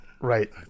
right